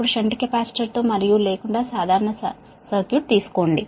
ఇప్పుడు shunt capacitor తో మరియు షంట్ కెపాసిటర్ లేకుండా సాధారణ సర్క్యూట్ ను తీసుకోవాలి